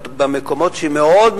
במקומות שהיא מאוד,